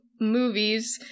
movies